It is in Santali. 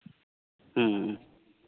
ᱦᱮᱸ